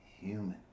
human